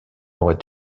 aurait